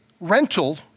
rental